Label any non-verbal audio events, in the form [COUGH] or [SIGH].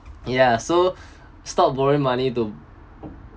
ya so [BREATH] stop borrowing money to